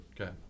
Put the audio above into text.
okay